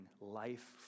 life